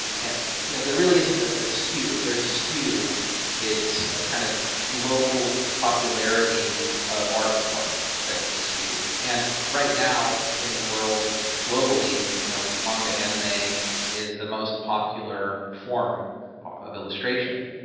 and you know there really isn't ah a skew. if there's a skew it's a kind of global popularity of art form that's the skew. and right now in the world globally, you know manga anime is the most popular form of illustration,